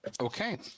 Okay